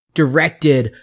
directed